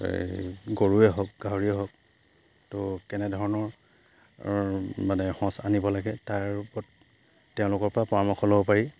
এই গৰুৱে হওক গাহৰিয়ে হওক তো কেনেধৰণৰ মানে সঁচ আনিব লাগে তাৰ ওপৰত তেওঁলোকৰ পৰা পৰামৰ্শ ল'ব পাৰি